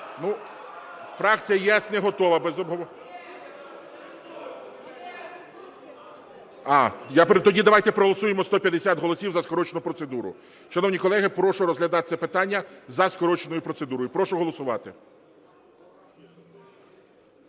Ну, фракція "ЄС" не готова… Тоді давайте проголосуємо 150 голосів за скорочену процедуру. Шановні колеги, прошу розглядати це питання за скороченою процедурою. Прошу голосувати.